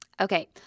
Okay